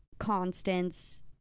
Constance